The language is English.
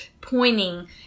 pointing